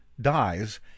dies